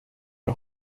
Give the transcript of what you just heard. are